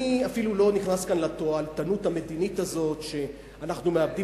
אני אפילו לא נכנס לתועלתנות המדינית הזאת שאנחנו מאבדים